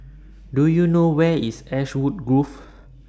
Do YOU know Where IS Ashwood Grove